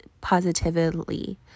positively